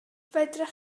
fyddech